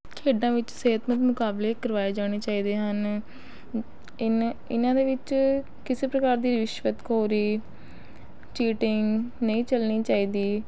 ਖੇਡਾਂ ਵਿੱਚ ਸਿਹਤਮੰਦ ਮੁਕਾਬਲੇ ਕਰਵਾਏ ਜਾਣੇ ਚਾਹੀਦੇ ਹਨ ਇਨ੍ਹਾਂ ਇਨ੍ਹਾਂ ਦੇ ਵਿੱਚ ਕਿਸੇ ਪ੍ਰਕਾਰ ਦੀ ਰਿਸ਼ਵਤਖੋਰੀ ਚੀਟਿੰਗ ਨਹੀਂ ਚੱਲਣੀ ਚਾਹੀਦੀ